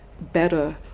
better